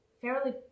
fairly